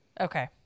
Okay